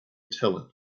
tell